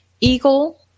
eagle